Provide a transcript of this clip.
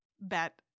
bet